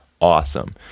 awesome